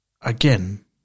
Again